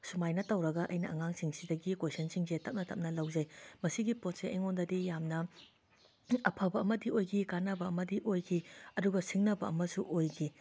ꯁꯨꯃꯥꯏꯅ ꯇꯧꯔꯒ ꯑꯩꯅ ꯑꯉꯥꯡꯁꯤꯡꯁꯤꯗꯒꯤ ꯀ꯭ꯋꯦꯁꯟꯁꯤꯡꯖꯦ ꯇꯞꯅ ꯇꯞꯅ ꯂꯧꯖꯩ ꯃꯁꯤꯒꯤ ꯄꯣꯠꯁꯦ ꯑꯩꯉꯣꯟꯗꯗꯤ ꯌꯥꯝꯅ ꯑꯐꯕ ꯑꯃꯗꯤ ꯑꯣꯏꯒꯤ ꯀꯥꯟꯅꯕ ꯑꯃꯗꯤ ꯑꯣꯏꯈꯤ ꯑꯗꯨꯒ ꯁꯤꯡꯅꯕ ꯑꯃꯁꯨ ꯑꯣꯏꯒꯤ